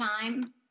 time